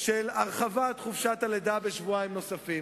להרחבת חופשת הלידה בשבועיים נוספים.